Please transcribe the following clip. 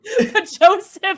Joseph